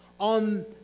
on